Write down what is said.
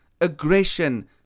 aggression